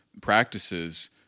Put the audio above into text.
practices